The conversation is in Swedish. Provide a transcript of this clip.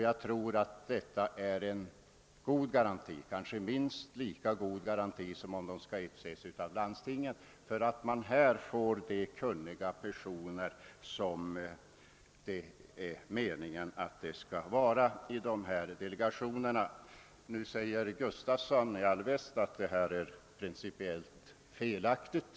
Jag tror att detta är en god garanti, kanske minst lika god som om de utses av landstingen, för att man får sådana kunniga personer som man menar skall sitta i dessa delegationer. Herr Gustavsson i Alvesta säger nu att detta är principiellt felaktigt.